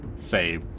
say